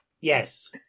Yes